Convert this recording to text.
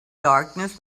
darkness